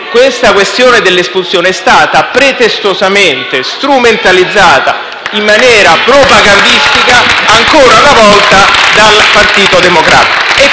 Dunque la questione dell'espulsione è stata pretestuosamente strumentalizzata in maniera propagandistica ancora una volta dal Partito Democratico.